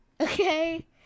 Okay